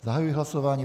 Zahajuji hlasování.